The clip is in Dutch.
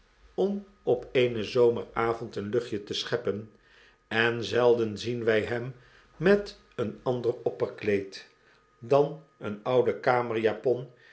om op eenen zomeravond een luchtje te scheppen en zelden zien wij hem met een ander opperkleed dan een oude